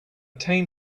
tame